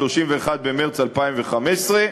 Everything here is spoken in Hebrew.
31 במרס 2015,